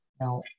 Now